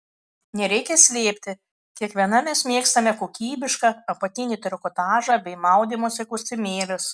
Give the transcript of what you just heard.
nereikia slėpti kiekviena mes mėgstame kokybišką apatinį trikotažą bei maudymosi kostiumėlius